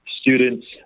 students